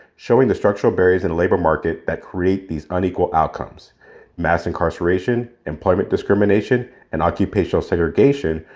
showing the structural barriers in the labor market that create these unequal outcomes mass incarceration, employment discrimination and occupational segregation,